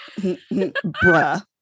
Bruh